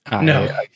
No